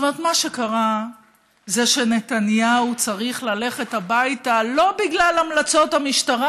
מה שקרה הוא שנתניהו צריך ללכת הביתה לא בגלל המלצות המשטרה,